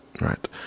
right